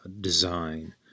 design